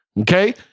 Okay